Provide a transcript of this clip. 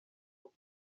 uko